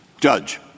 judge